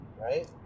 right